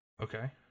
Okay